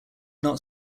not